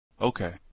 Okay